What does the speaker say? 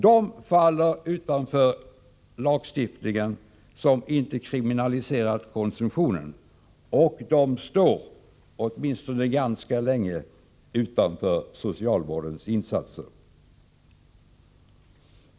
De faller utanför lagstiftningen som inte kriminaliserat konsumtionen, och de står — åtminstone ganska länge —- vid sidan av socialvårdens insatser.